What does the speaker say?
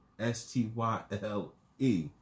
S-T-Y-L-E